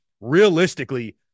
realistically